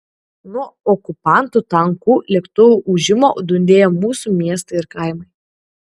nuo okupantų tankų lėktuvų ūžimo dundėjo mūsų miestai ir kaimai